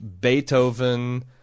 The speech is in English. Beethoven